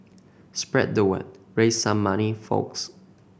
spread the word raise some money folks